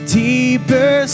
deeper